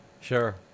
Sure